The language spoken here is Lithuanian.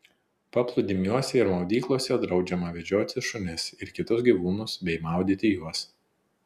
paplūdimiuose ir maudyklose draudžiama vedžioti šunis ir kitus gyvūnus bei maudyti juos